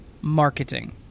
Marketing